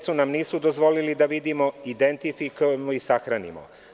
Decu nam nisu dozvolili da vidimo, identifikujemo i sahranimo.